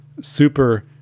super